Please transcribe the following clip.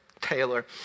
Taylor